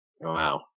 Wow